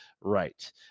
right